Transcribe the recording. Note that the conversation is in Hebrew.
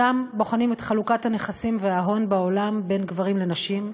שם בוחנים את חלוקת הנכסים וההון בעולם בין גברים לנשים.